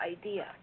idea